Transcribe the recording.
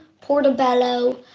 Portobello